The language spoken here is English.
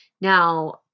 Now